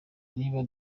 niba